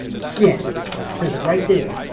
skin, it says it right there.